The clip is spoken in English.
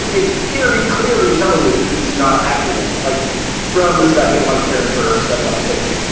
it's very clearly telling you that this is not accurate. like from the second, like arenberg steps onstage.